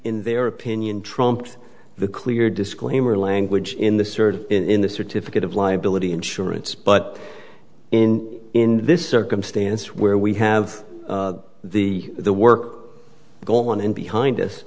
in their opinion trumped the clear disclaimer language in the service in the certificate of liability insurance but in in this circumstance where we have the the work going on in behind us